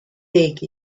take